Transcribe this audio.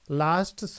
last